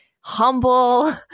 humble